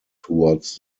towards